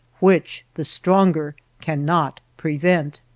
which the stronger cannot prevent.